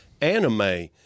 anime